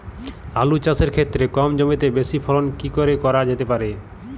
আলু চাষের ক্ষেত্রে কম জমিতে বেশি ফলন কি করে করা যেতে পারে?